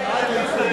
חוזר